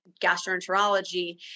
gastroenterology